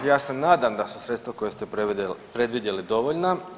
Ja se nadam da su sredstva koja ste predvidjeli dovoljna.